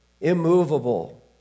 immovable